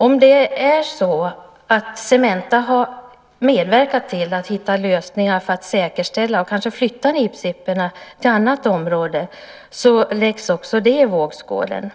Om Cementa har medverkat till att hitta lösningar för att säkerställa beståndet, kanske att flytta nipsipporna till ett annat område, läggs också detta i vågskålen.